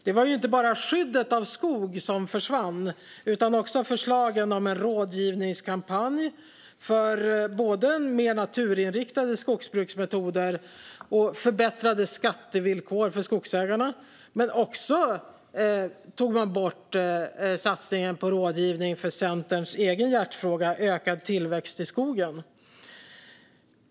Det var inte bara skyddet av skog som försvann utan också förslagen om en rådgivningskampanj för mer naturinriktade skogsbruksmetoder och förbättrade skattevillkor för skogsägarna. Men man tog också bort satsningen på rådgivning för Centerns egen hjärtefråga, ökad tillväxt i skogen.